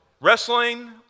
Wrestling